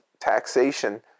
taxation